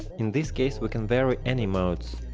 in this case we can vary any modes.